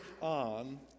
on